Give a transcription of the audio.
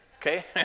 Okay